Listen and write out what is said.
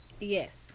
Yes